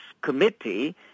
committee